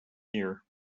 here